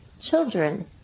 children